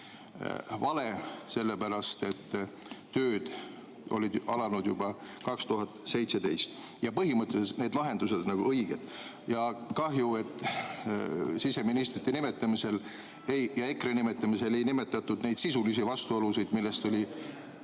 vale, sellepärast et tööd olid alanud juba 2017. Põhimõtteliselt need lahendused on õiged ja kahju, et siseministrite nimetamisel ja EKRE nimetamisel ei nimetatud neid sisulisi vastuolusid, millest oli